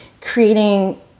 creating